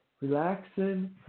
relaxing